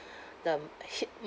the m~ hi~